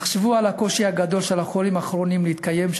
תחשבו על הקושי הגדול של החולים הכרוניים להתקיים,